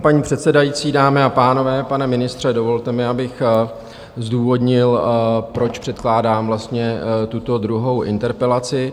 Paní předsedající, dámy a pánové, pane ministře, dovolte mi, abych zdůvodnil, proč předkládám vlastně tuto druhou interpelaci.